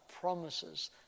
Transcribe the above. promises